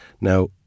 Now